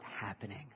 happening